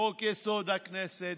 חוק-יסוד: הכנסת,